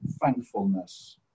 thankfulness